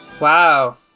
Wow